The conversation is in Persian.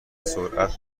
سرعت